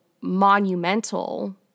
monumental